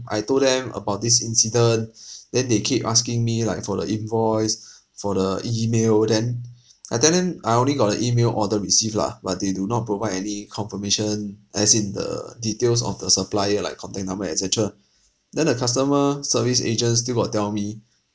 I told them about this incident then they keep asking me like for the invoice for the email then I tell them I only got the email order received lah but they do not provide any confirmation as in the details of the supplier like contact number et cetera then the customer service agents still got tell me